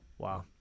Wow